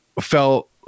felt